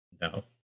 no